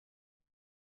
valable